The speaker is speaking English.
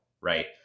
right